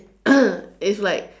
it's like